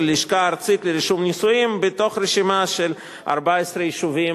לשכה ארצית לרישום נישואים בתוך רשימה של 14 יישובים,